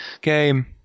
game